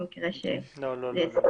לא.